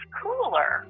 cooler